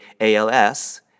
ALS